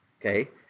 okay